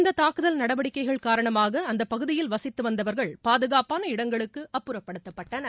இந்த தாக்குதல் நடவடிக்கைகள் காரணமாக அந்த பகுதியில் வசித்து வந்தவா்கள் பாதுகாப்பான இடங்களுக்கு அப்புறப்படுத்தப்பட்டனர்